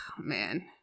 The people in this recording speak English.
man